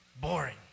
Boring